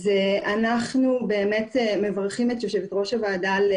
אנחנו באמת מברכים את יושבת ראש הוועדה על